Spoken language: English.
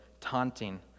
taunting